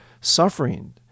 suffering